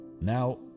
Now